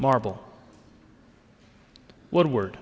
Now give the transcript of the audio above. marble woodward